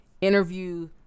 interview